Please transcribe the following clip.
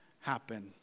happen